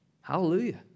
hallelujah